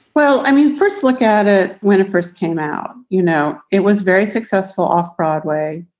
well, i mean, first look at it when it first came out. you know, it was very successful. off broadway.